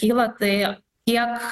kyla tai kiek